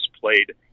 played